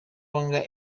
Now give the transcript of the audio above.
longer